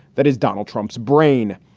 that is donald trump's brain.